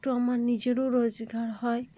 একটু আমার নিজেরও রোজগার হয়